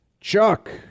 Chuck